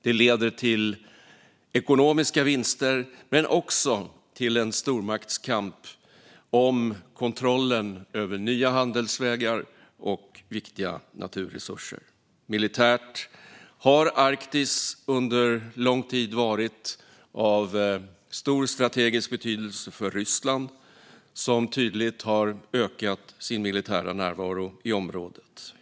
Det leder till ekonomiska vinster men också till en stormaktskamp om kontrollen över nya handelsvägar och viktiga naturresurser. Militärt har Arktis under lång tid varit av stor strategisk betydelse för Ryssland som tydligt har ökat sin militära närvaro i området.